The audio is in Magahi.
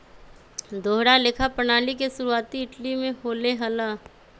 दोहरा लेखा प्रणाली के शुरुआती इटली में होले हल